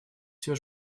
все